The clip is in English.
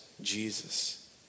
Jesus